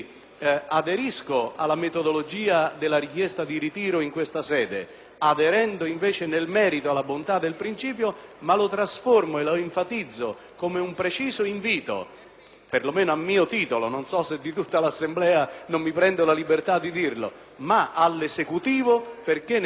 aderendo invece nel merito alla bontà del principio, ma lo trasformo e lo enfatizzo come un preciso invito - perlomeno a titolo personale, non so se di tutta l'Assemblea, non mi prendo la libertà di dirlo - all'Esecutivo affinché nel pacchetto giustizia la riforma del penale sostanziale preveda questo